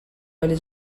olha